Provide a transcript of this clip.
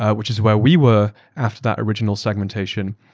ah which is where we were after that original segmentation,